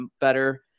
better